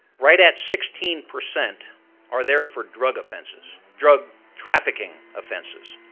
right at sixteen percent are there for drug offenses, drug trafficking offenses.